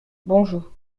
bonjou